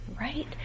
right